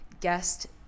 guest